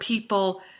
people